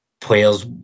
players